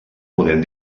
poden